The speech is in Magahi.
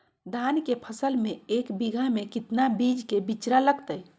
धान के फसल में एक बीघा में कितना बीज के बिचड़ा लगतय?